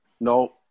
No